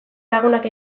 lagunak